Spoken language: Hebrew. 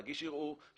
להגיש ערעור,